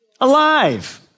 alive